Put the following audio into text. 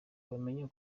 wamenya